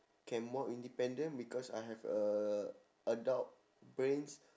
can more independent because I have a adult brains